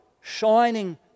shining